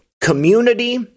community